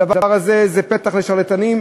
הדבר הזה הוא פתח לשרלטנים,